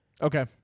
okay